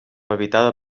habitada